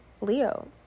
Leo